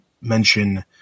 mention –